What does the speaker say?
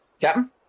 captain